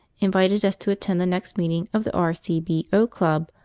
invited us to attend the next meeting of the r. c. b. o. club,